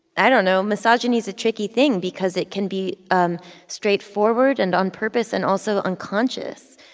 i don't know. misogyny is a tricky thing because it can be um straightforward and on purpose and also unconscious.